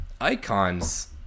icons